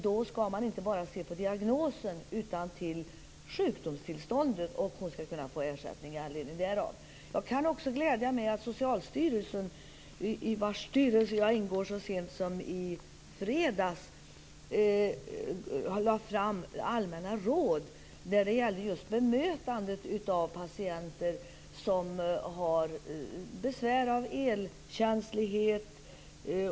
Då skall man inte bara se på diagnosen, utan till sjukdomstillståndet. Patienten skall kunna få ersättning med anledning därav. Jag kan glädja er med att även Socialstyrelsen, i vars styrelse jag ingår, så sent som i fredags lade fram allmänna råd om bemötandet av patienter som har besvär med elkänslighet.